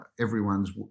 everyone's